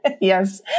Yes